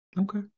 Okay